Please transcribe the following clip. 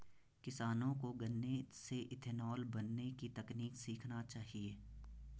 किसानों को गन्ने से इथेनॉल बनने की तकनीक सीखना चाहिए